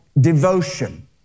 devotion